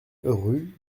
rue